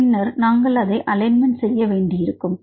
பின்னர் நாங்கள் அதை அலைன்மென்ட் செய்ய வேண்டியிருந்தது